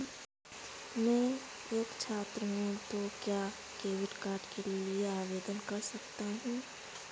मैं एक छात्र हूँ तो क्या क्रेडिट कार्ड के लिए आवेदन कर सकता हूँ?